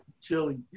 Chili